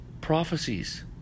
prophecies